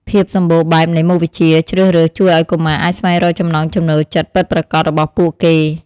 ភាពសម្បូរបែបនៃមុខវិជ្ជាជ្រើសរើសជួយឱ្យកុមារអាចស្វែងរកចំណង់ចំណូលចិត្តពិតប្រាកដរបស់ពួកគេ។